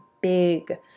big